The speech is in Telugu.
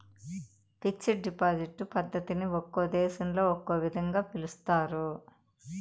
ఫిక్స్డ్ డిపాజిట్ పద్ధతిని ఒక్కో దేశంలో ఒక్కో విధంగా పిలుస్తారు